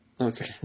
Okay